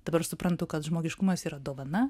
dabar suprantu kad žmogiškumas yra dovana